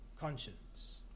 conscience